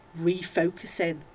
refocusing